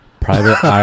Private